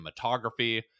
cinematography